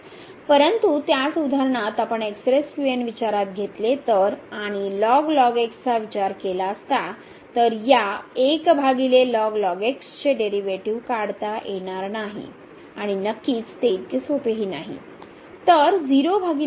परंतु त्याच उदाहरणात आपण विचारात घेतले तर आणि चा विचार केला असता तर या चे डेरीवेटीव काढता येणार नाही आणि नक्कीच ते इतके सोपे नाही